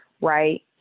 right